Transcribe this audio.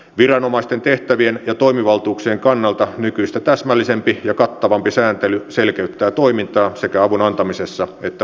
viranomaisten tehtävien ja toimivaltuuksien kannalta nykyistä täsmällisempi ja kattavampi sääntely selkeyttää toimintaa sekä avun antamisessa että pyytämisessä